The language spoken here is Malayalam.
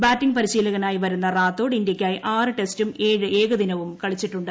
ബാറ്റിംഗ് പരിശീലകനായി വരുന്ന റാത്തോഡ് ഇന്ത്യയ്ക്കായി ആറ് ടെസ്റ്റും ഏഴ് ഏകദിനവും കളിച്ചിട്ടുണ്ട്